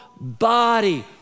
body